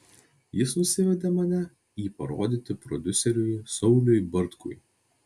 jis nusivedė mane į parodyti prodiuseriui sauliui bartkui